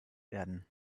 werden